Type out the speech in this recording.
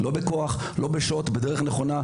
לא בכוח ולא בשוט, אלא בצורה נכונה.